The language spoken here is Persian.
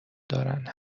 دارند